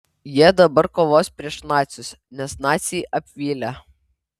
jie dabar kovos prieš nacius nes naciai apvylė